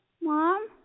Mom